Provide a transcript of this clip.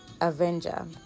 avenger